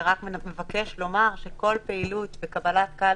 זה רק מבקש לומר שכל פעילות וקבלת קהל